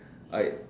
I